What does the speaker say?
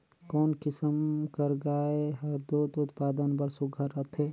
कोन किसम कर गाय हर दूध उत्पादन बर सुघ्घर रथे?